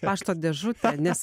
pašto dėžutė nes